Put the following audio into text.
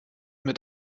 mit